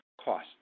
cost